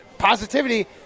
positivity